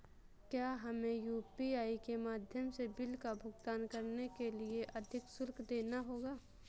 क्या हमें यू.पी.आई के माध्यम से बिल का भुगतान करने के लिए अधिक शुल्क देना होगा?